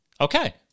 Okay